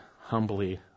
humbly